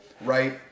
right